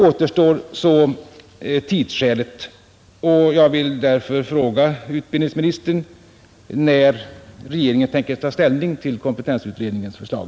Återstår så tidsskälet, och jag vill därför fråga utbildningsministern när regeringen tänker ta ställning till kompetensutredningens förslag.